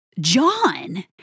John